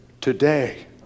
Today